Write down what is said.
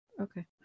Okay